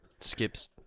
Skips